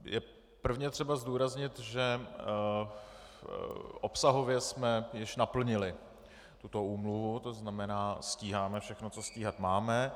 Je prvně třeba zdůraznit, že obsahově jsme již naplnili tuto úmluvu, to znamená, stíháme všechno, co stíhat máme.